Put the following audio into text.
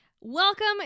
Welcome